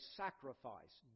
sacrifice